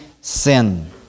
sin